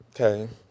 Okay